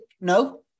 no